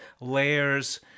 layers